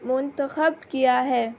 منتخب کیا ہے